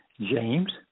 James